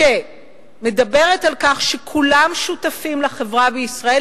שמדברת על כך שכולם שותפים לחברה בישראל,